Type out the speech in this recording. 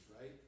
right